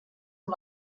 amb